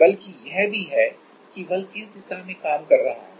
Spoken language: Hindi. बल्कि यह भी है कि बल किस दिशा में काम कर रहा है